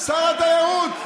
שר התיירות.